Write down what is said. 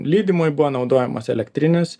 lydymui buvo naudojamos elektrinės